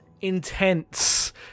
intense